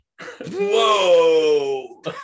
Whoa